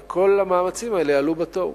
וכל המאמצים האלה עלו בתוהו.